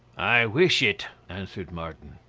i wish it, answered martin.